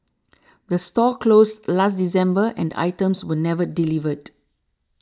the store closed last December and items were never delivered